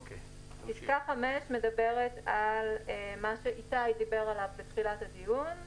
פסקה 5 מדברת על מה שאיתי עצמון התייחס אליו בתחילת הדיון.